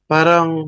Parang